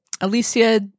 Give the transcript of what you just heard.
Alicia